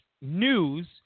news